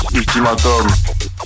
ultimatum